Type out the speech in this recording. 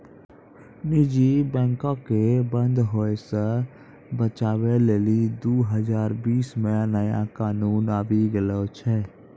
निजी बैंको के बंद होय से बचाबै लेली दु हजार बीस मे नया कानून आबि गेलो छै